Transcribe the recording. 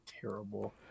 terrible